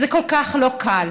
זה כל כך לא קל.